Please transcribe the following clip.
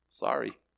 Sorry